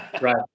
Right